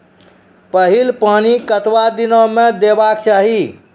पहिल पानि कतबा दिनो म देबाक चाही?